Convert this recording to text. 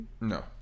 No